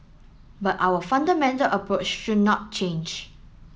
but our fundamental approach should not change